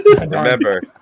Remember